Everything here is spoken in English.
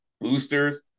boosters